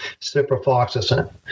ciprofloxacin